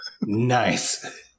Nice